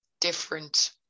different